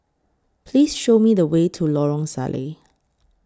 Please Show Me The Way to Lorong Salleh